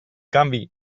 canvi